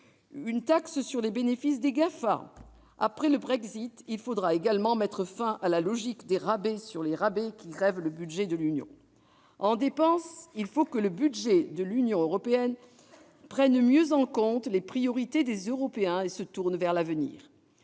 une taxe sur les bénéfices des GAFA ... Après le Brexit, il faudra également mettre fin à la logique des rabais sur les rabais, qui grève le budget de l'Union. Concernant les dépenses, le budget de l'Union européenne doit mieux prendre en compte les priorités des Européens et être tourné vers l'avenir.